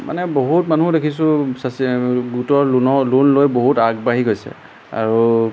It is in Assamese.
মানে বহুত মানুহ দেখিছোঁ সাঁচি গোটৰ লোনৰ লোন লৈ বহুত আগবাঢ়ি গৈছে আৰু